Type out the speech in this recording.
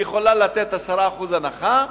היא יכולה לתת 10% הנחה.